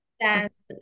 Yes